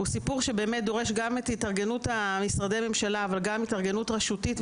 הוא סיפור שדורש גם את התארגנות משרדי הממשלה וגם התארגנות רשותית.